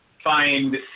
find